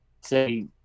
say